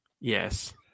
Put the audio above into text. Yes